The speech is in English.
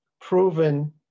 proven